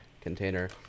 container